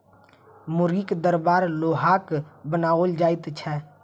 मुर्गीक दरबा लोहाक बनाओल जाइत छै